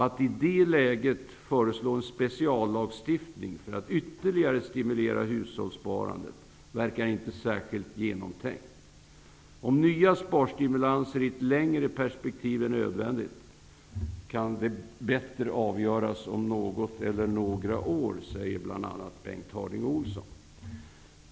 Att i det läget föreslå en speciallagstiftning för att ytterligare stimulera hushållssparandet verkar inte särskilt genomtänkt. Om nya sparstimulanser i ett längre perspektiv är nödvändiga kan bättre avgöras om något eller några år, säger bl.a. Bengt Harding Olson.